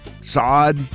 Sod